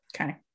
Okay